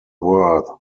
were